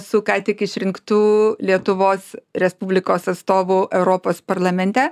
su ką tik išrinktu lietuvos respublikos atstovu europos parlamente